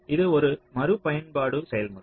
இது ஒரு மறுபயன்பாடு செயல்முறை